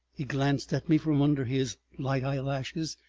he glanced at me from under his light eyelashes.